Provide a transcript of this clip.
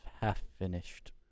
half-finished